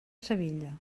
sevilla